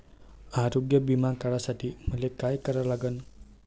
आरोग्य बिमा काढासाठी मले काय करा लागन?